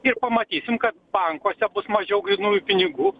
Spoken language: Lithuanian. ir pamatysim kad bankuose bus mažiau grynųjų pinigų